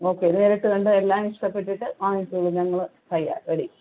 okay നേരിട്ട് കണ്ട് എല്ലാം ഇഷ്ടപ്പെട്ടിട്ട് വാങ്ങിച്ചോളു ഞങ്ങൾ തയ്യാർ റെഡി